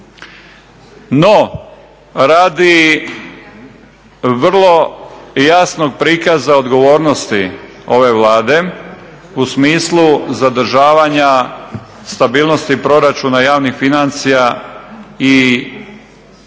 No, radi vrlo jasnog prikaza odgovornosti ove Vlade u smislu zadržavanja stabilnosti proračuna javnih financija i ja